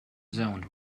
zoned